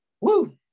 Woo